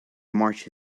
march